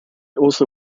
also